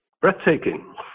breathtaking